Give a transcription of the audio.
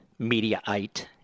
Mediaite